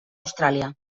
austràlia